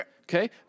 Okay